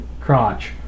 crotch